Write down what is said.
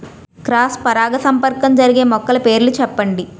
Cross పరాగసంపర్కం జరిగే మొక్కల పేర్లు చెప్పండి?